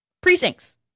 Precincts